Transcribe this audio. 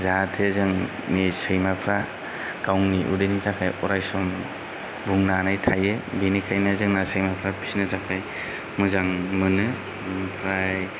जाहाथे जोंनि सैमाफ्रा गावनि उदैनि थाखाय अरायसम बुंनानै थायो बेनिखायनो जोंना सैमाफ्रा फिनो थाखाय मोजां मोनो आमफ्राय